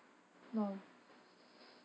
LOL